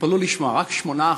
תתפלאו לשמוע, רק 8%,